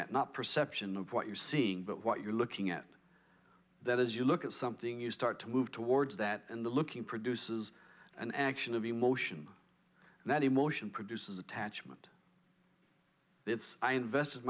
at not perception of what you're seeing but what you're looking at that as you look at something you start to move towards that and the looking produces an action of emotion and that emotion produces attachment it's i invested